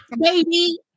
baby